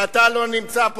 ואתה לא נמצא פה,